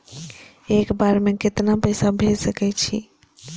एक बार में केतना पैसा भेज सके छी?